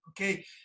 okay